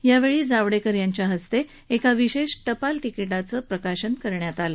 यावेळी जावडेकर यांच्या हस्ते एका विशेष टपाल तिकीटाचं प्रकाशन करण्यात आलं